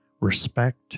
respect